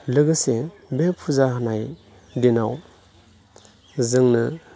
लोगोसे बे फुजा होनाय दिनाव जोंनो